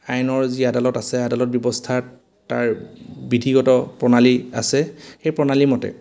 আইনৰ যি আদালত আছে আদালত ব্যৱস্থাত তাৰ বিধিগত প্ৰণালী আছে সেই প্ৰণালীমতে